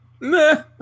meh